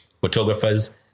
photographers